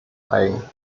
eigen